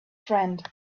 friend